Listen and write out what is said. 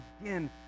again